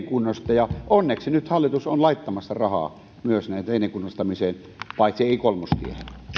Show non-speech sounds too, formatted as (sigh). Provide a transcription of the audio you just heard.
(unintelligible) kunnosta ja onneksi nyt hallitus on laittamassa rahaa myös teiden kunnostamiseen paitsi ei kolmostiehen